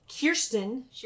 Kirsten